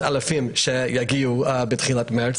אלפי אנשים שיגיעו בתחילת חודש מרס.